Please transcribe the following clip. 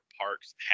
parks